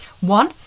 One